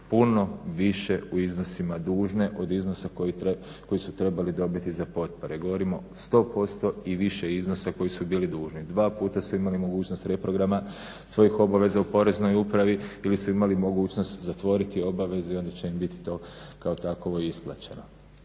puno više u iznosima dužne od iznosa koji su trebali dobiti za potpore. Govorimo 100% i više iznosa koji su bili dužni. Dva puta su imali mogućnost reprograma svojih obaveza u poreznoj upravi ili su mogućnost zatvoriti obaveze i onda će im biti to kao takvo isplaćeno